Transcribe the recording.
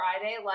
Friday